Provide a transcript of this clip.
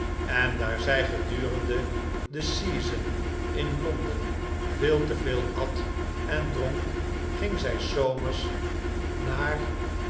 en daar zij gedurende de season in londen veel te veel at en dronk ging zij s zomers naar